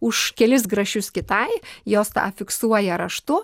už kelis grašius kitai jos tą fiksuoja raštu